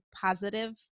positive